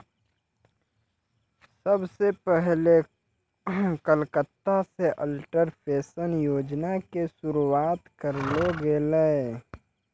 सभ से पहिले कलकत्ता से अटल पेंशन योजना के शुरुआत करलो गेलै